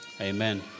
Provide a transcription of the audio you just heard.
amen